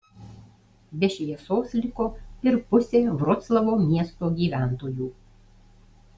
be šviesos liko ir pusė vroclavo miesto gyventojų